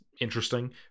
interesting